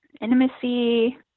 intimacy